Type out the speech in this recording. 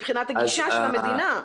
מבחינת הגישה של המדינה.